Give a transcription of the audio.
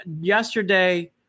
yesterday